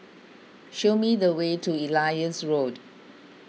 show me the way to Elias Road